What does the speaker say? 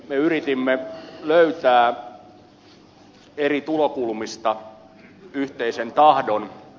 me yritimme löytää eri tulokulmista yhteisen tahdon